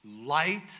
Light